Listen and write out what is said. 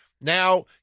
Now